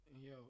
yo